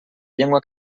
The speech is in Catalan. llengua